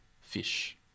fish